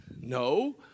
No